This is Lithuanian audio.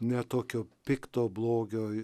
ne tokio pikto blogio